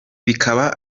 bikaba